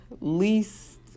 least